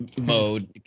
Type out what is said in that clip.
mode